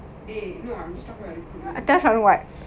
like the things is let's say right